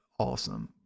Awesome